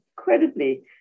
incredibly